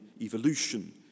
evolution